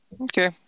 Okay